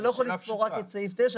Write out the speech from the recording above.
אתה לא יכול לספור רק את סעיף 9,